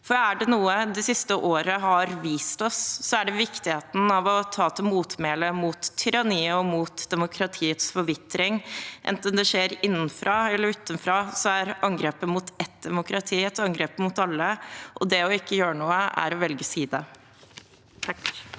For er det noe det siste året har vist oss, er det viktigheten av å ta til motmæle mot tyranni og mot demokratiets forvitring – enten det skjer innenfra eller utenfra, er angrepet mot ett demokrati et angrep mot alle, og det å ikke gjøre noe er å velge side.